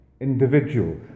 individual